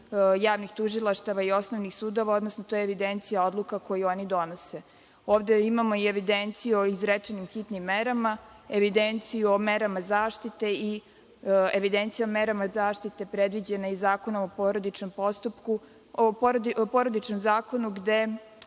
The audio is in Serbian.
javnih tužilaštava i osnovnih sudova, odnosno to je evidencija odluka koje oni donose. Ovde imamo i evidenciju o izrečenim hitnim merama, evidenciju o merama zaštite i evidenciju o merama zaštite predviđene i Porodičnim zakonom, gde